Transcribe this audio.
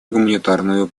гуманитарную